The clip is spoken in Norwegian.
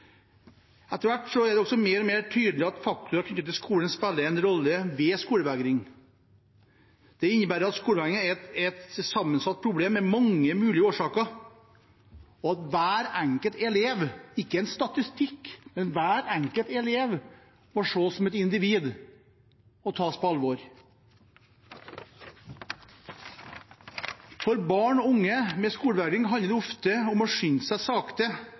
Etter hvert er det også mer og mer tydelig at faktorer knyttet til skolen spiller en rolle ved skolevegring. Det innebærer at skolevegring er et sammensatt problem med mange mulige årsaker, og at hver enkelt elev ikke er en statistikk, men hver enkelt elev må ses som et individ og tas på alvor. For barn og unge med skolevegring handler det ofte om å skynde seg sakte,